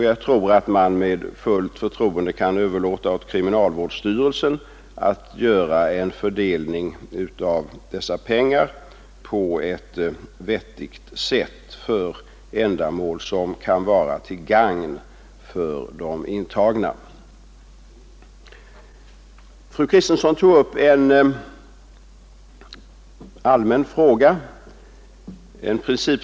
Jag tror att man med fullt förtroende kan överlåta åt kriminalvårdsstyrelsen att göra en fördelning av dessa medel på ett vettigt sätt för ändamål som kan vara till gagn för de intagna.